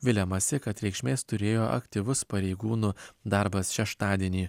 viliamasi kad reikšmės turėjo aktyvus pareigūnų darbas šeštadienį